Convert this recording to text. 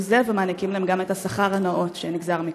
זה ונותנים להם גם את השכר הנאות שנגזר מכך?